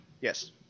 yes